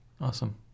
Awesome